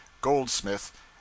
Goldsmith